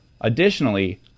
Additionally